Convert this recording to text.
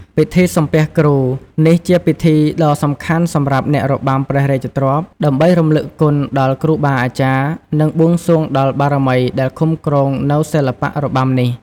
ពិធីសំពះគ្រូ នេះជាពិធីដ៏សំខាន់សម្រាប់អ្នករបាំព្រះរាជទ្រព្យ ដើម្បីរំលឹកគុណដល់គ្រូបាអាចារ្យ និងបួងសួងដល់បារមីដែលឃុំគ្រងនូវសិល្បៈរបាំនេះ។